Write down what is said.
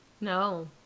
No